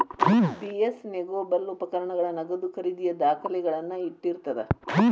BS negotiable ಉಪಕರಣಗಳ ನಗದು ಖರೇದಿಯ ದಾಖಲೆಗಳನ್ನ ಇಟ್ಟಿರ್ತದ